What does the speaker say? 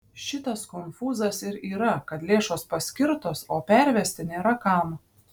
šitas konfūzas ir yra kad lėšos paskirtos o pervesti nėra kam